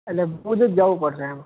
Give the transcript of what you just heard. એટલે ભુજ જ જવું પડશે એમ